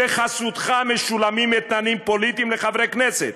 ‏בחסותך משולמים אתננים‎ פוליטיים לחברי כנסת,